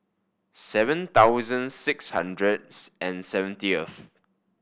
seven thousand six hundreds and seventieth